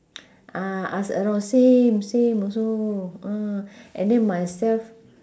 ah ask around same same also uh and then myself